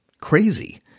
crazy